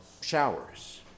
showers